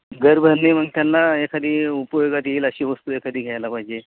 घरभरणी मग त्यांना एखादी उपयोगात येईल अशी वस्तू एखादी घ्यायला पाहिजे